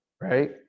Right